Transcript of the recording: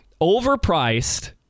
Overpriced